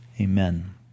Amen